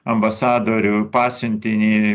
ambasadorių pasiuntinį